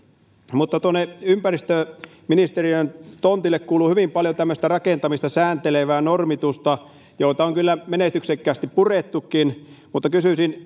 ympäristöministeriön tontille kuuluu hyvin paljon tämmöistä rakentamista sääntelevää normitusta jota on kyllä menestyksekkäästi purettukin mutta kysyisin